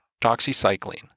doxycycline